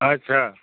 ଆଚ୍ଛା